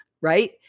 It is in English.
right